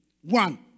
One